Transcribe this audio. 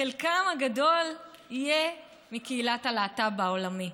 חלקם הגדול יהיה מקהילת הלהט"ב העולמית.